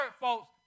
folks